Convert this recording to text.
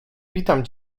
witam